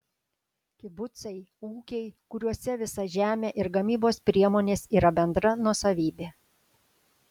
kibucai ūkiai kuriuose visa žemė ir gamybos priemonės yra bendra nuosavybė